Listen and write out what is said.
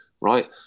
right